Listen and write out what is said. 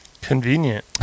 Convenient